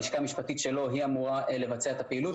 הלשכה המשפטית שלו אמורה לבצע את הפעילות.